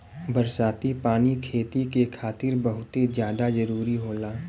बरसाती पानी खेती के खातिर बहुते जादा जरूरी होला